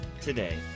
today